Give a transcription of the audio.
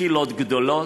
קהילות גדולות,